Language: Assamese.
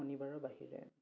শনিবাৰৰ বাহিৰে